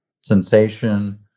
sensation